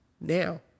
now